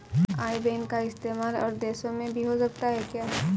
आई बैन का इस्तेमाल और देशों में भी हो सकता है क्या?